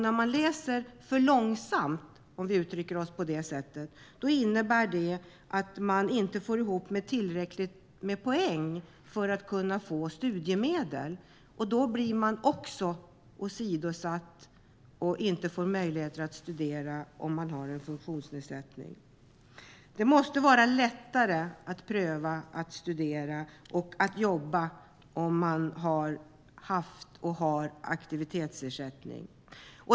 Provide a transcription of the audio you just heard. När man läser för långsamt, om jag uttrycker mig så, innebär det att man inte får ihop tillräckligt många poäng för att kunna få studiemedel, och då blir man också åsidosatt och får inte möjlighet att studera om man har en funktionsnedsättning. Det måste vara lättare att pröva att studera och att jobba, om man har haft och har aktivitetsersättning.